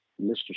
Mr